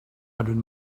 hundred